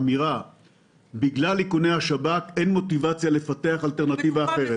באמירה שבגלל איכוני השב"כ אין מוטיבציה לפתח אלטרנטיבה אחרת.